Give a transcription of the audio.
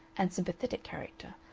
and sympathetic character,